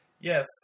yes